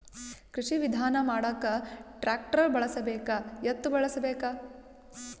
ಕೃಷಿ ವಿಧಾನ ಮಾಡಾಕ ಟ್ಟ್ರ್ಯಾಕ್ಟರ್ ಬಳಸಬೇಕ, ಎತ್ತು ಬಳಸಬೇಕ?